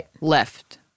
left